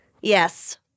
Yes